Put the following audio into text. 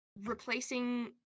replacing